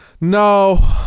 No